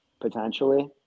potentially